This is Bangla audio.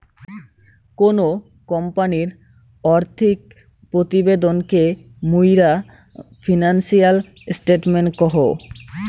কোনো কোম্পানির আর্থিক প্রতিবেদন কে মুইরা ফিনান্সিয়াল স্টেটমেন্ট কহু